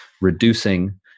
reducing